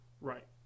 right